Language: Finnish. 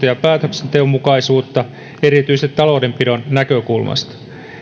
ja päätöksenteon lainmukaisuutta erityisesti taloudenpidon näkökulmasta